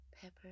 pepper